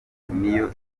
niyo